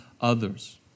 others